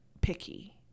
picky